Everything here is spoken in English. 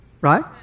Right